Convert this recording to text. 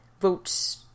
votes